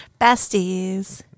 Besties